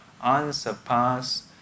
unsurpassed